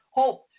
hope